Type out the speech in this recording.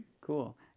Cool